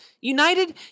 United